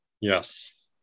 Yes